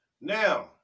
Now